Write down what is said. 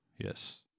Yes